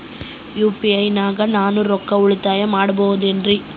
UPI ನಾಗ ನಾನು ರೊಕ್ಕ ಉಳಿತಾಯ ಮಾಡಬಹುದೇನ್ರಿ?